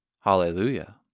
Hallelujah